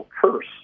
curse